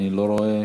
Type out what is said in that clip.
אני לא רואה